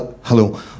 Hello